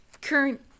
current